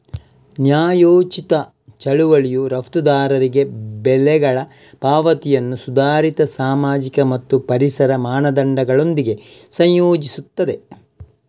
ನ್ಯಾಯೋಚಿತ ಚಳುವಳಿಯು ರಫ್ತುದಾರರಿಗೆ ಬೆಲೆಗಳ ಪಾವತಿಯನ್ನು ಸುಧಾರಿತ ಸಾಮಾಜಿಕ ಮತ್ತು ಪರಿಸರ ಮಾನದಂಡಗಳೊಂದಿಗೆ ಸಂಯೋಜಿಸುತ್ತದೆ